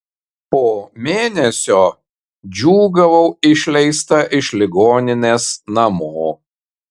po mėnesio džiūgavau išleista iš ligoninės namo